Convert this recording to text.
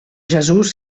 jesús